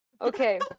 Okay